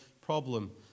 problem